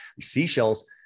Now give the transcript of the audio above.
seashells